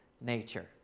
nature